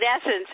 essence